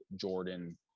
Jordan